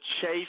Chase